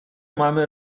mamy